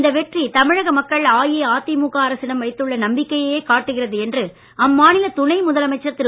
இந்த வெற்றி தமிழக மக்கள் அஇஅதிமுக அரசிடம் வைத்துள்ள நம்பிக்கையையே காட்டுகிறது என்று அம்மாநில துணை முதலமைச்சர் திரு